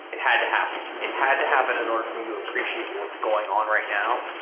it had to happen. it had to happen in order for me to appreciate what's going on right now.